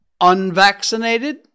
Unvaccinated